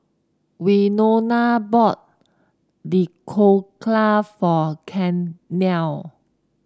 Wynona bought Dhokla for Carnell